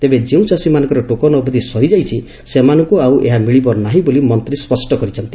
ତେବେ ଯେଉଁ ଚାଷୀମାନଙ୍କର ଟୋକନ ଅବଧ ସରିଯାଇଛି ସେମାନଙ୍କ ଆଉ ଏହା ମିଳିବନାହି ବୋଲି ମନ୍ତୀ ସ୍ୱଷ୍ କରିଛନ୍ତି